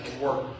work